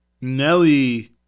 Nelly